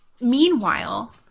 meanwhile